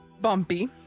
bumpy